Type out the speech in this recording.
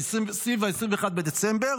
סביב 21 בדצמבר,